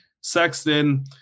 Sexton